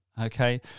Okay